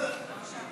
תמיד אורן חזן